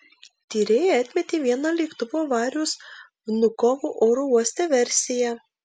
tyrėjai atmetė vieną lėktuvo avarijos vnukovo oro uoste versiją